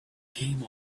came